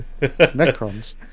Necrons